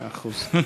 מאה אחוז.